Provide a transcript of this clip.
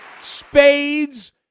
Spades